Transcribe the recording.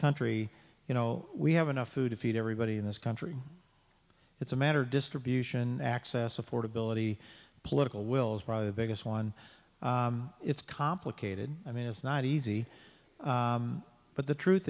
country you know we have enough food to feed everybody in this country it's a matter of distribution access affordability political will is probably the biggest one it's complicated i mean it's not easy but the truth